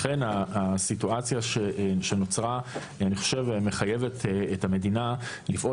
לכן הסיטואציה שנוצרה מחייבת את המדינה לפעול